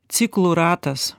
ciklų ratas